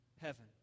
heaven